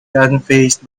unfazed